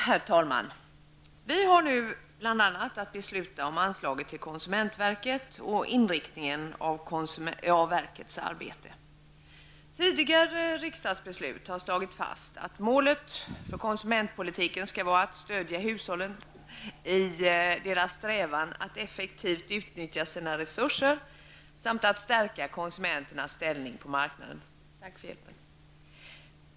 Herr talman! Vi har nu att bl.a. besluta om anslaget till konsumentverket och inriktningen av verkets arbete. Tidigare riksdagsbeslut har slagit fast att målet för konsumentpolitiken skall vara att stödja hushållen i deras strävan att effektivt utnyttja sina resurser samt att stärka konsumenternas ställning på marknaden.